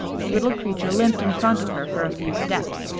the little creature limped in front of her for a few steps,